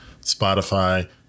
Spotify